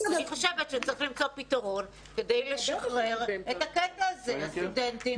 אני חושבת שצריך למצוא פתרון כדי לשחרר את הקטע הזה לסטודנטים.